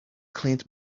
cleaned